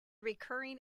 recurring